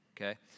okay